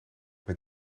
met